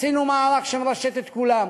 עשינו מערך שמרשת את כולן,